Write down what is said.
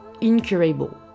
incurable